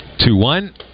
Two-one